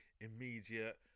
immediate